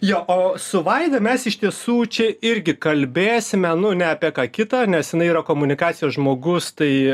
jo o su vaida mes iš tiesų čia irgi kalbėsime nu ne apie ką kita nes jinai yra komunikacijos žmogus tai